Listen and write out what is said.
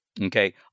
Okay